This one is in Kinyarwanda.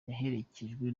yaherekejwe